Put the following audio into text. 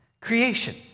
Creation